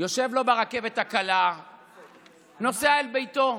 יושב לו ברכבת הקלה ונוסע אל ביתו.